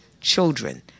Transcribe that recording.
children